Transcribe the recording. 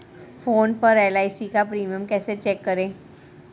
Phone पर LIC का premium कैसे चेक करें?